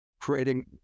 creating